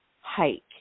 hike